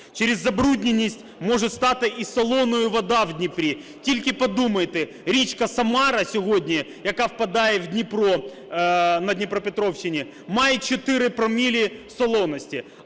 Через забруднюваність може стати солоною вода в Дніпрі тільки подумайте, річка Самара сьогодні, яка впадає в Дніпро на Дніпропетровщині, має 4 проміле солоності,